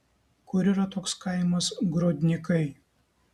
kur yra toks kaimas grodnikai